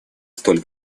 столь